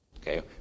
Okay